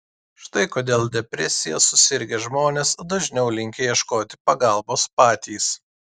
štai kodėl depresija susirgę žmonės dažniau linkę ieškoti pagalbos patys